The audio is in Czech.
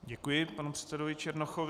Děkuji panu předsedovi Černochovi.